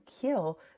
kill